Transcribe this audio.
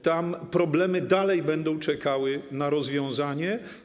tam problemy dalej będą czekały na rozwiązanie.